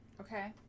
Okay